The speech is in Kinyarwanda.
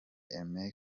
aime